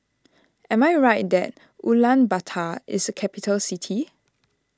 am I right that Ulaanbaatar is a capital city